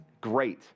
Great